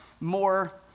more